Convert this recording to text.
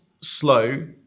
slow